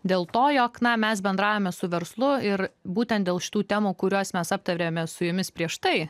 dėl to jog na mes bendravome su verslu ir būtent dėl šitų temų kuriuos mes aptarėme su jumis prieš tai